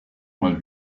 mal